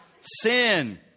sin